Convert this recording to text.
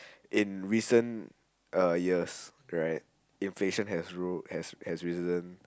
in recent uh years right inflation has ruled has has risen